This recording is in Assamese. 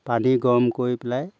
পানী গৰম কৰি পেলাই